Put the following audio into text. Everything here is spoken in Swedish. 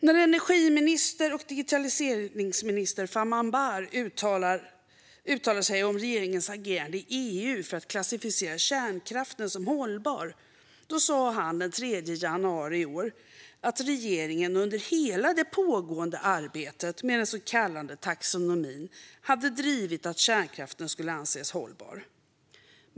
När energi och digitaliseringsminister Farmanbar uttalade sig om regeringens agerande i EU för att klassificera kärnkraften som hållbar sa han den 3 januari i år att regeringen under hela det pågående arbetet med den så kallade taxonomin hade drivit att kärnkraften skulle anses hållbar.